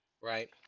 right